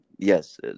Yes